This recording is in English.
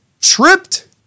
tripped